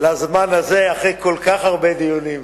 לזמן הזה, אחרי כל כך הרבה דיונים,